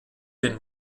den